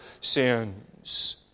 sins